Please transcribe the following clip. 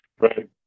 right